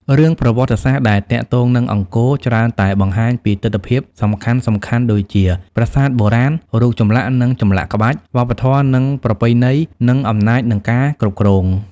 រឿងប្រវត្តិសាស្ត្រដែលទាក់ទងនឹងអង្គរច្រើនតែបង្ហាញពីទិដ្ឋភាពសំខាន់ៗដូចជា ប្រាសាទបុរាណ រូបចម្លាក់និងចម្លាក់ក្បាច់ វប្បធម៌និងប្រពៃណីនិងអំណាចនិងការគ្រប់គ្រង។